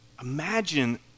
Imagine